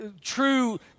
true